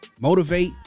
motivate